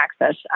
access